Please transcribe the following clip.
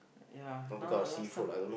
ya now a last term